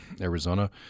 Arizona